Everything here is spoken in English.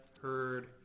heard